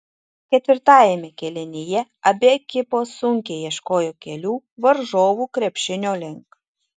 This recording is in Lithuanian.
ketvirtajame kėlinyje abi ekipos sunkiai ieškojo kelių varžovų krepšinio link